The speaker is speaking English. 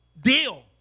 deal